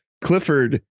Clifford